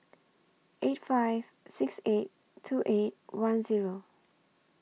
eight five six eight two eight one Zero